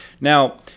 Now